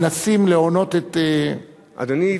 מנסים להונות את המערכת.